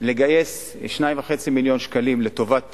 לגייס 2.5 מיליון שקלים לטובת